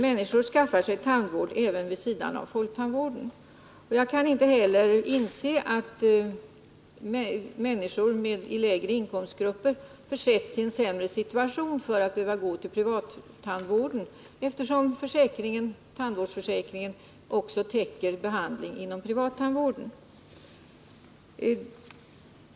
Människor får tandvård även vid sidan av folktandvården. Jag kan inte heller inse att människor i lägre inkomstgrupper försätts i en sämre situation, om de behöver gå till privattandvården. Tandvårdsförsäkringen täcker ju behandling också inom privattandvården.